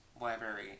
library